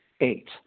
Eight